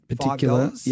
particular